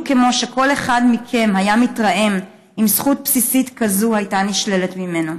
כמו שכל אחד מכם היה מתרעם אם זכות בסיסית כזו הייתה נשללת ממנו,